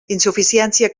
insuficiència